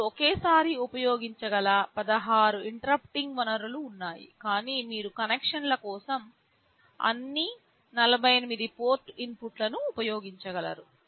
మీరు ఒకేసారి ఉపయోగించగల 16 ఇంటరుప్పుట్థింగ్ వనరులు ఉన్నాయి కానీ మీరు కనెక్షన్ కోసం అన్ని 48 పోర్ట్ ఇన్పుట్లు ఉపయోగించగలరు